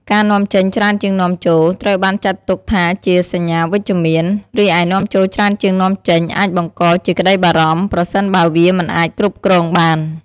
ការនាំចេញច្រើនជាងនាំចូល ត្រូវបានចាត់ទុកថាជាសញ្ញាវិជ្ជមាន រីឯនាំចូលច្រើនជាងនាំចេញ អាចបង្កជាក្តីបារម្ភ ប្រសិនបើវាមិនអាចគ្រប់គ្រងបាន។